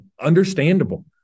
understandable